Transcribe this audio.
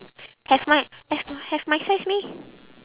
have my have my have my size meh